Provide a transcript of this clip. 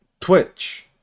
Twitch